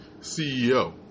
CEO